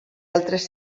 altres